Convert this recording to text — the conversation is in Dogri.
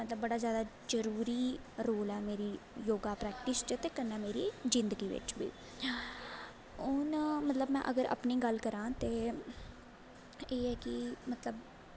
मतलब बड़ा जैदा जरूरी रोल ऐ मेरी योग प्रैक्टिस च ते मेरी जिन्दगी च बी हून अगर में अपनी गल्ल करां ते एह् ऐ कि मतलब